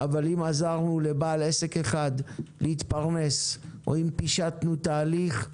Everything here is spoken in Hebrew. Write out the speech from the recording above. אבל אם עזרנו לבעל עסק אחד להתפרנס או אם פישטנו תהליך,